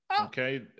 Okay